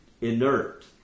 inert